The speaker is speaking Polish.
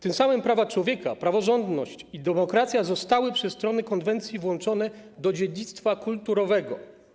Tym samym prawa człowieka, praworządność i demokracja zostały przez strony konwencji włączone do dziedzictwa kulturowego.